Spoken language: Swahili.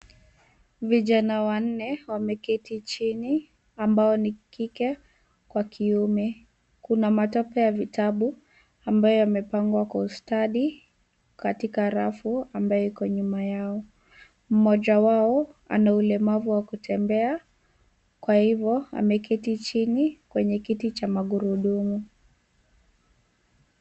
Vijana wanne wameketi chini ambao ni kike kwa kiume. Kuna matapa ya vitabu ambayo yamepangwa kwa ustadi katika rafu ambayo iko nyuma yao. Mmoja wao ana ulemavu wa kutembea kwa hivyo ameketi chini kwenye kiti cha magurudumu.